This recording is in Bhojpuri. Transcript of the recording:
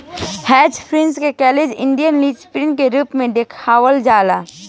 हायर पर्चेज के क्लोज इण्ड लीजिंग के रूप में देखावल जाला